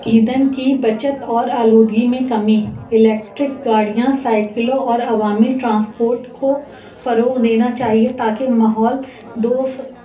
ایندھن کی بچت اور آلودگی میں کمی الیکٹرک گاڑیاں سائیکلوں اور عوامی ٹرانسپورٹ کو فروغ دینا چاہیے تاکہ ماحول دو